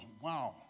wow